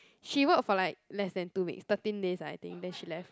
she work for like less than two weeks thirteen days I think then she left